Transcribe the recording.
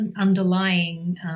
underlying